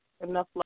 Enough